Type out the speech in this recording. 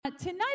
Tonight